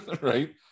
right